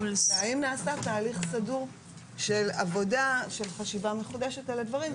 האם נעשה תהליך סדור של חשיבה מחודשת על הדברים?